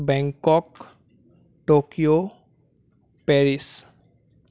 Bangkok Tokyo Paris